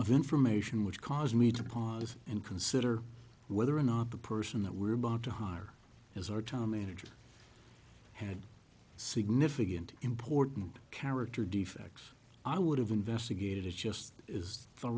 of information which caused me to pause and consider whether or not the person that we're about to hire is our time manager had significant important character defects i would have investigated it just is